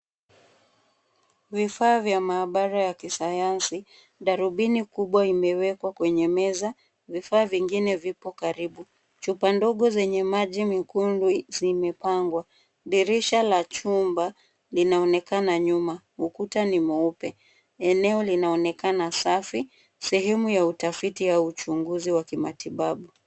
Vifaa vya maabara ya kisayansi, darubini kubwa imewekwa kwenye meza, vifaa vingine vipo karibu, chupa ndogo zenye maji mekundu zimepangwa, dirisha la chumba linaonekana nyuma. Ukuta ni mweupe, eneo linaonekana safi, sehemu ya utafiti ya uchunguzi wa kimatibabu.